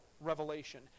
revelation